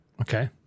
Okay